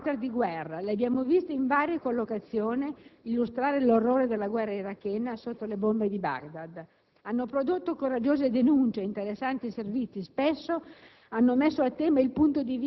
Le donne sono state anche *reporter* di guerra. Le abbiamo viste in varie collocazioni illustrare gli orrori della guerra irachena sotto le bombe di Baghdad. Hanno prodotto coraggiose denunce e interessanti servizi, che spesso